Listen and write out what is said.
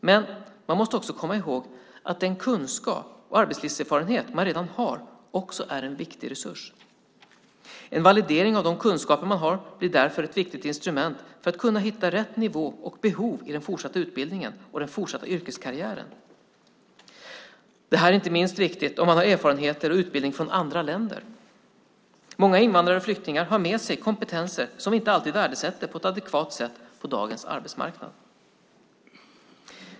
Men man måste också komma ihåg att den kunskap och arbetslivserfarenhet man redan har också är en viktig resurs. En validering av de kunskaper man har blir därför ett viktigt instrument för att kunna hitta rätt nivå och behov i den fortsatta utbildningen och den fortsatta yrkeskarriären. Det här är inte minst viktigt om man har erfarenheter och utbildning från andra länder. Många invandrare och flyktingar har med sig kompetenser som vi inte alltid värdesätter på ett adekvat sätt på dagens arbetsmarknad.